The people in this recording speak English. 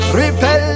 repel